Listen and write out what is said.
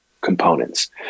components